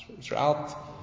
throughout